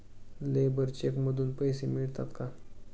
Labour cheque मधून पैसे मिळतात का?